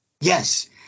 Yes